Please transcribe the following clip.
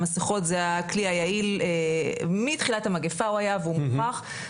המסכות זה הכלי היעיל מתחילת המגפה הוא היה והוא מוכח,